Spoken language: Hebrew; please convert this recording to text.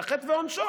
והחטא ועונשו,